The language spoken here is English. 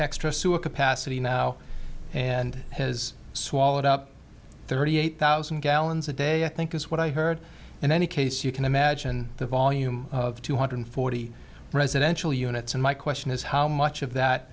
extra sewer capacity now and has swallowed up thirty eight thousand gallons a day i think is what i heard in any case you imagine the volume of two hundred forty residential units and my question is how much of that